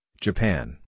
Japan